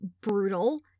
brutal